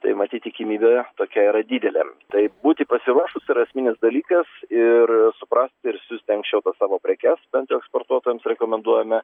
tai matyt tikimybė tokia yra didelė tai būti pasiruošus yra esminis dalykas ir suprasti ir siųsti anksčiau tas savo prekes bent jau eksportuotojams rekomenduojame